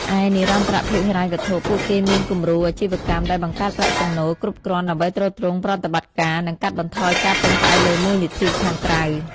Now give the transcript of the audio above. ឯនិរន្តរភាពហិរញ្ញវត្ថុ ពួកគេមានគំរូអាជីវកម្មដែលបង្កើតប្រាក់ចំណូលគ្រប់គ្រាន់ដើម្បីទ្រទ្រង់ប្រតិបត្តិការ និងកាត់បន្ថយការពឹងផ្អែកលើមូលនិធិខាងក្រៅ ។